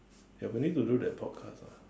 ya we need to do that podcast lah